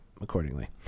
accordingly